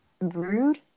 rude